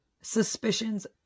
suspicions